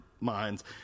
minds